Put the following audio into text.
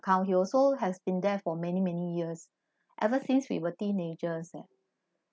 account he also has been there for many many years ever since we were teenagers eh